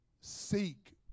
Seek